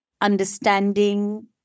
understanding